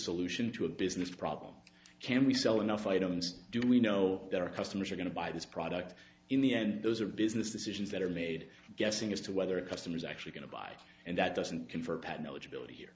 solution to a business problem can we sell enough items do we know that our customers are going to buy this product in the end those are business decisions that are made guessing as to whether a customer is actually going to buy and that doesn't confer patent eligibility here